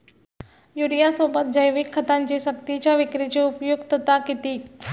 युरियासोबत जैविक खतांची सक्तीच्या विक्रीची उपयुक्तता किती?